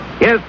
Yes